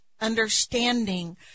understanding